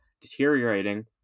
deteriorating